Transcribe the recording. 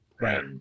Right